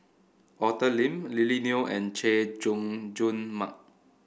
Arthur Lim Lily Neo and Chay Jung Jun Mark